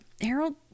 Harold